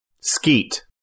Skeet